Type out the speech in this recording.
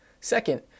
Second